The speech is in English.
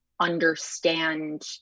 understand